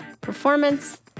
Performance